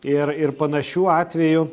ir ir panašių atvejų